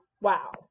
wow